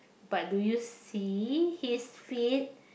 but do you see his feet